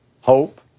hope